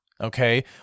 Okay